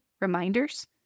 Reminders